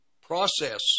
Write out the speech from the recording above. process